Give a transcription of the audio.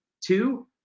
Two